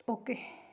okay